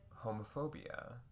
homophobia